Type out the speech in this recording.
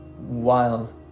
Wild